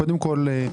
קודם כל,